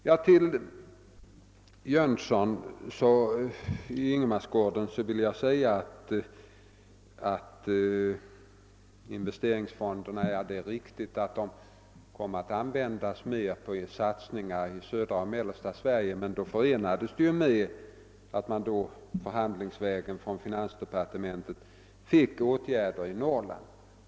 Till herr Jönsson i Ingemarsgården vill jag säga att investeringsfonderna mycket riktigt kommer att användas mera på satsningar i södra och mellersta Sverige, men detta förenas med ett förhandlingsvägen uppnått löfte om åtgärder i Norrland.